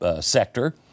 sector